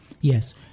Yes